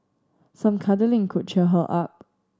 some cuddling could cheer her up